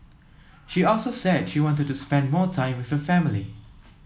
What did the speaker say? she also said she wanted to spend more time with her family